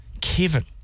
Kevin